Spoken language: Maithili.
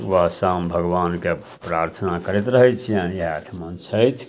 सुबह शाम भगवानके प्रार्थना करैत रहय छियनि